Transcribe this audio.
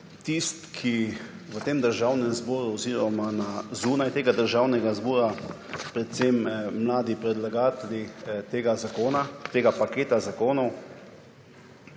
tisti, ki v tem Državnem zboru oziroma na zunaj tega državnega zbora predvsem mladi predlagatelji tega zakona, tega paketa zakonov